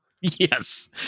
Yes